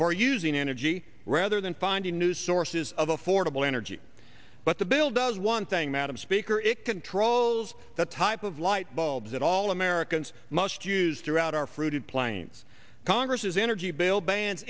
for using energy rather than finding new sources of affordable energy but the bill does one thing madam speaker it controls the type of lightbulbs that all americans must use throughout our fruited plains congress's energy bill ban